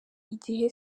igihe